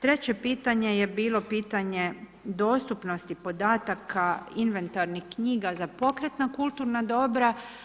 Treće pitanje je bilo pitanje dostupnosti podataka inventarnih knjiga za pokretna kulturna dobra.